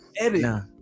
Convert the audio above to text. edit